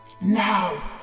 Now